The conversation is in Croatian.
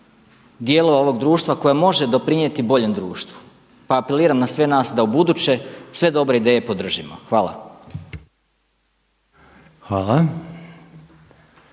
dijelova ovog društva koje može doprinijeti boljem društvu. Pa apeliram na sve nas da ubuduće sve dobre ideje podržimo. Hvala.